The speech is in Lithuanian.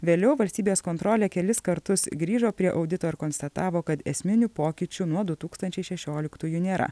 vėliau valstybės kontrolė kelis kartus grįžo prie audito ir konstatavo kad esminių pokyčių nuo du tūkstančiai šešioliktųjų nėra